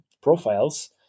profiles